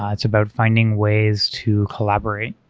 ah it's about finding ways to collaborate.